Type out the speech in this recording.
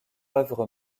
œuvre